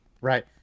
Right